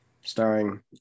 Starring